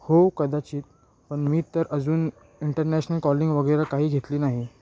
हो कदाचित पण मी तर अजून इंटरनॅशनल कॉलिंग वगैरे काही घेतली नाही